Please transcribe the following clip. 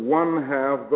one-half